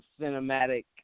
cinematic